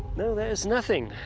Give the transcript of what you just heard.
no, there's nothing.